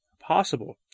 possible